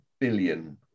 billion